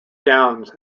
downs